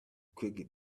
crickets